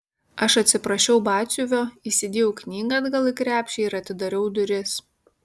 aš atsiprašiau batsiuvio įsidėjau knygą atgal į krepšį ir atidariau duris